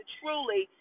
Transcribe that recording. truly